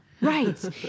Right